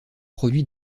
produit